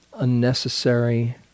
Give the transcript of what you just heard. unnecessary